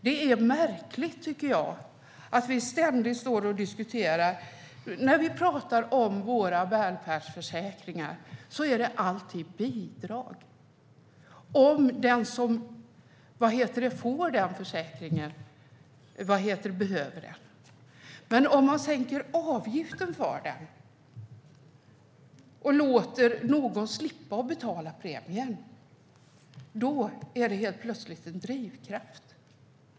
När vi pratar om våra välfärdsförsäkringar heter det alltid att det är bidrag om den som behöver pengar från en sådan försäkring får det. Men om man sänker avgiften för den och låter någon slippa att betala premien, då är det helt plötsligt en drivkraft.